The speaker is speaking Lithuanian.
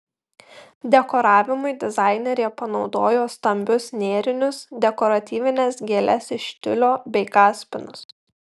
dekoravimui dizainerė panaudojo stambius nėrinius dekoratyvines gėles iš tiulio bei kaspinus